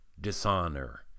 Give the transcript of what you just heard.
dishonor